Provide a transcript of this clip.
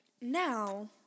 Now